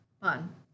Fun